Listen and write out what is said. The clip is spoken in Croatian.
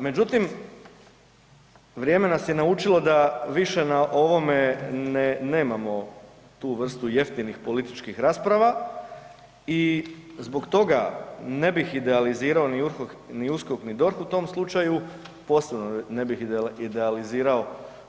Međutim, vrijeme nas je naučilo da više na ovome nemamo tu vrstu jeftinih političkih rasprava i zbog toga ne bih idealizirao ni USKOK ni DORH u tom slučaju, posebno ne bih idealizirao